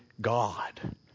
God